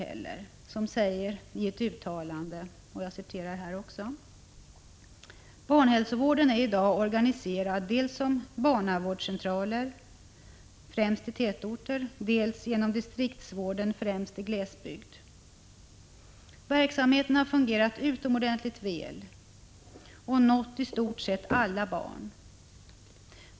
Barnmiljörådet säger i ett uttalande: ”Barnhälsovården är i dag organiserad dels som barnavårdscentraler, främst i tätorter, dels genom distriktsvården, främst i glesbygd. Verksamheten har fungerat utomordentligt väl och nått i stort sett alla barn.